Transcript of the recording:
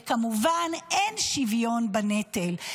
וכמובן, אין שוויון בנטל.